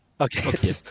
Okay